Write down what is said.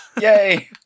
Yay